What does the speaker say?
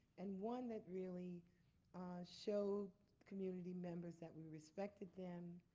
and one that really showed community members that we respected them,